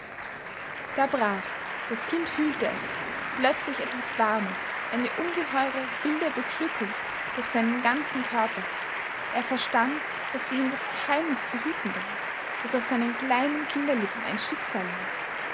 da brach das kind fühlte es plötzlich etwas warmes eine ungeheure wilde beglückung durch seinen ganzen körper er verstand daß sie ihm das geheimnis zu hüten gab daß auf seinen kleinen kinderlippen ein schicksal lag